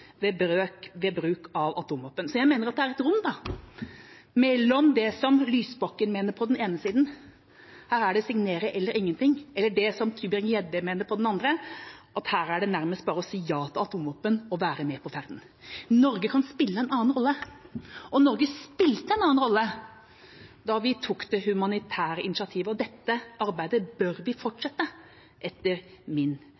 ved bruk av atomvåpen. Så jeg mener det er et rom mellom det Lysbakken mener på den ene siden – signere eller ingenting – og det Tybring-Gjedde mener på den andre, at her er det nærmest bare å si ja til atomvåpen og være med på ferden. Norge kan spille en annen rolle. Norge spilte en annen rolle da vi tok det humanitære initiativet. Dette arbeidet bør vi fortsette, etter min